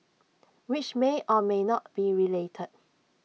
which may or may not be related